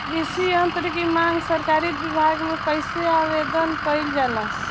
कृषि यत्र की मांग सरकरी विभाग में कइसे आवेदन कइल जाला?